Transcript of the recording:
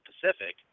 Pacific